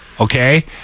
Okay